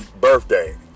birthday